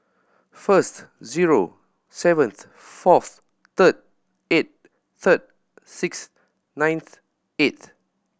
first zero seventh fourth third eighth third sixth ninth eighth